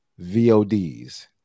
VODs